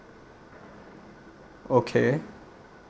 okay